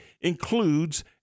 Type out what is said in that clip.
includes